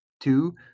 two